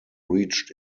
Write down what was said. reached